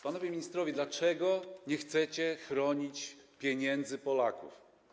Panowie ministrowie, dlaczego nie chcecie chronić pieniędzy Polaków?